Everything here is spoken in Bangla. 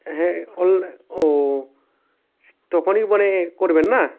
হ্যাঁ ও তখনই মানে করবেন না